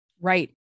Right